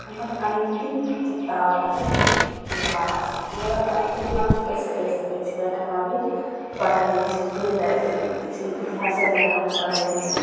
हमर अन्तिम किताब हइ इतिहास मगर अन्तिम अङ्क कइसे कहि सकै छिए किएकि हम अभी पढ़ै हिए हिस्ट्रिए लै कि छै इतिहासे लैके हम पढ़ै हिए